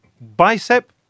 bicep